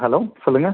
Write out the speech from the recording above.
hello சொல்லுங்கள்